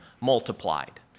multiplied